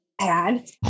Pad